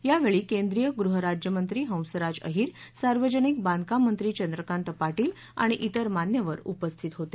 यावेळी केंद्रीय गृह राज्यमंत्री हंसराज अहीर सार्वजनिक बांधकाम मंत्री चंद्रकांत पाटील आणि तिर मान्यवर उपस्थित होते